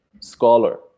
scholar